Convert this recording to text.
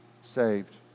saved